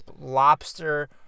lobster